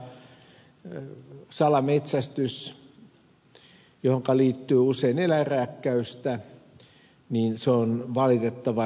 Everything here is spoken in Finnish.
salametsästys johon liittyy usein eläinrääkkäystä on valitettavan toistuvaa